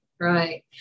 right